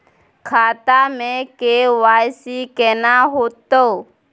खाता में के.वाई.सी केना होतै?